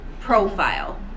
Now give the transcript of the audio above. profile